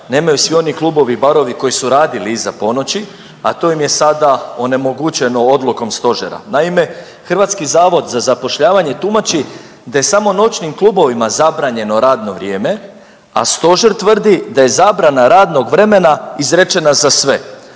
nemaju svi oni koji klubovi i barovi koji su radili iza ponoći, a to im je sada onemogućeno odlukom stožera? Naime, HZZ tumači da je samo noćnim klubovima zabranjeno radno vrijeme, a stožer tvrdi da je zabrana radnog vremena izrečena za sve.